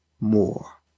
more